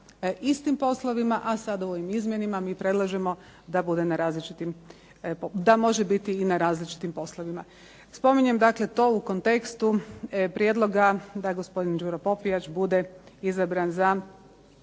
istim poslovima, a sada u ovim izmjenama mi predlažemo da bude na različitim poslovima. Spominjem dakle to u kontekstu prijedloga da gospodin Đuro Popijač bude izabran za